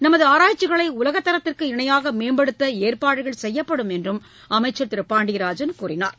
நமது ஆராய்ச்சிகளை உலக தரத்திற்கு இணையாக மேம்படுத்த ஏற்பாடுகள் செய்யப்படும் என்றும் அமைச்சர் கூறினார்